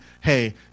hey